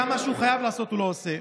גם מה שהוא חייב לעשות הוא לא עושה.